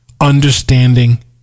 understanding